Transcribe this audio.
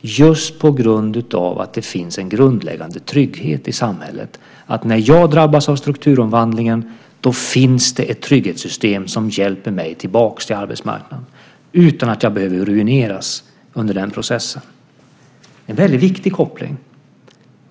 just på grund av att det finns en grundläggande trygghet i samhället - att när jag drabbas av strukturomvandlingen, då finns det ett trygghetssystem som hjälper mig tillbaka till arbetsmarknaden utan att jag behöver ruineras under den processen. Det är en väldigt viktig koppling.